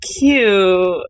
cute